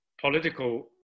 political